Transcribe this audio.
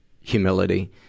humility